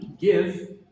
Give